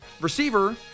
receiver